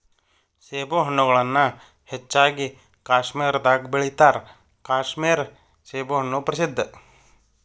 ಸೇಬುಹಣ್ಣುಗಳನ್ನಾ ಹೆಚ್ಚಾಗಿ ಕಾಶ್ಮೇರದಾಗ ಬೆಳಿತಾರ ಕಾಶ್ಮೇರ ಸೇಬುಹಣ್ಣು ಪ್ರಸಿದ್ಧ